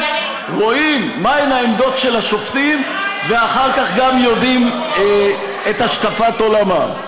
רואים מהן העמדות של השופטים ואחר כך גם יודעים את השקפת עולמם.